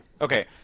okay